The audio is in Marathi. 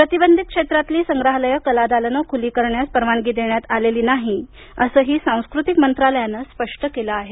प्रतिबंधित क्षेत्रातील संग्रहालयं कलादालनं खुली करण्यास परवानगी देण्यात आलेली नाही असंही सांस्कृतिक मंत्रालयानं स्पष्ट केलं आहे